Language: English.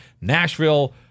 Nashville